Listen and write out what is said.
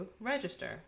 register